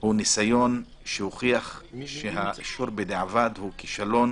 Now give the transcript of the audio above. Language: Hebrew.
הוא ניסיון שהוכיח שהאישור בדיעבד הוא כישלון